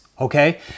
okay